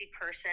person